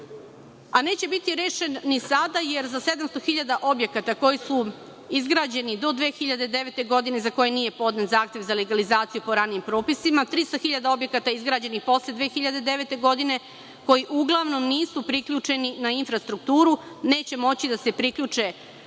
Neće biti rešen ni sada, jer za 700.000 objekata koji su izgrađeni do 2009. godine, za koje nije podnet zahtev za legalizaciju po ranijim propisima, 300.000 objekata izgrađenih posle 2009. godine, koji uglavnom nisu priključeni na infrastrukturu, neće moći da se priključe